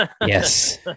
yes